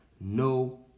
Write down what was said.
no